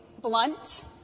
blunt